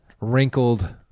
wrinkled